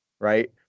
right